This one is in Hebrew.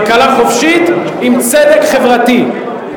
כלכלה חופשית עם צדק חברתי.